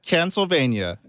Pennsylvania